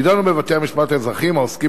יידונו בבתי-המשפט האזרחיים העוסקים